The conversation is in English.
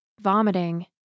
vomiting